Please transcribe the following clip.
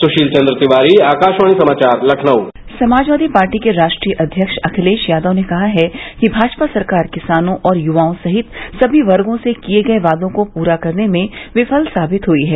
सुशील चंद्र तिवारी आकाशवाणी समाचार लखनऊ समाजवादी पार्टी के राष्ट्रीय अव्यक्ष अखिलेश यादव ने कहा है कि भाजपा सरकार किसानों और युवाओं सहित सभी वर्गो से किये गये वादों को पूरा करने में विफल साबित हुई है